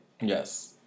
Yes